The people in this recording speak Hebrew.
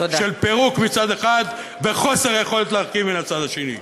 של פירוק מצד אחד וחוסר יכולת להרכיב מהצד השני.